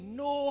no